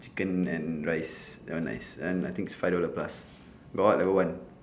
chicken and rice that one nice and I think is five dollar plus but got what level one